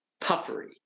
puffery